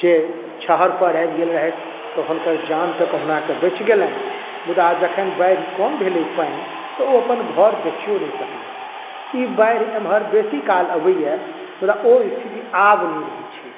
जे छहरपर आबि गेल रहथि तऽ हुनकर जान तऽ कहुनाके बचि गेलैनि मुदा जखन बाढ़ि कम भेलै पानि तऽ ओ अपन घऽर देखियो नहि सकलैए ई बाढ़ि एमहर बेसी काल अबैए मुदा ओ स्थिति आब नहि रहै छै